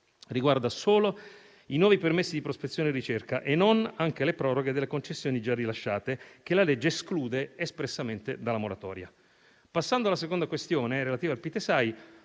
riguarda solo i nuovi permessi di prospezione e ricerca e non anche le proroghe delle concessioni già rilasciate, che la legge esclude espressamente dalla moratoria. Passando alla seconda questione, relativa al